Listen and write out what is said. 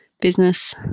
business